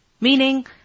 meaning